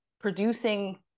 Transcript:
producing